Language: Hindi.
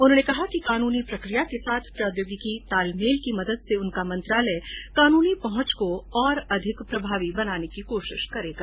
उन्होंने कहा कि कानूनी प्रक्रिया के साथ प्रोद्योगिकी तालमेल की मदद से उनका मंत्रालय कानूनी पहुंच को अधिक प्रभावी बनाने की कोशिश करेगा